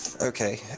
okay